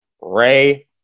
Ray